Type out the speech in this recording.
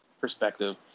perspective